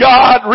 God